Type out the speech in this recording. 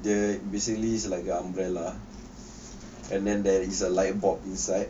the basically like a umbrella and then there is a light bulb inside